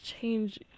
change